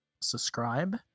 subscribe